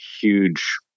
huge